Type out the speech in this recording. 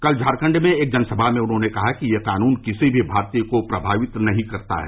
कल झारखंड में एक जनसभा में उन्होंने कहा कि यह कानून किसी भी भारतीय को प्रभावित नहीं करता है